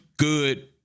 good